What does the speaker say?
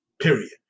period